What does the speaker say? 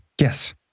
Yes